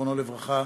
זיכרונו לברכה,